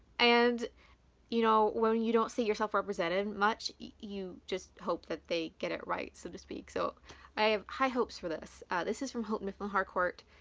and you know when you don't see yourself represented much, you just hope that they get it right, so to speak. so i have high hopes for this this is from houghton mifflin harcourt.